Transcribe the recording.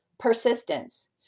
persistence